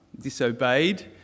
disobeyed